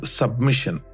submission